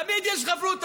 תמיד יש חברותא.